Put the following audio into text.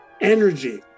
energy